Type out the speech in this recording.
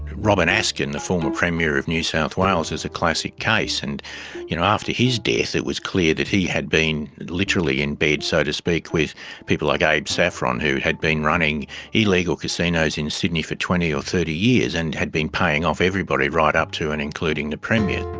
robert askin, the former premier of new south wales, is a classic case. and you know after his death it was clear that he had been literally in bed, so to speak, with people like abe saffron who had been running illegal casinos in sydney for twenty or thirty years and had been paying off everybody, right up to and including the premier.